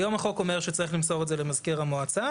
היום החוק אומר שצריך למסור את זה למזכיר המועצה,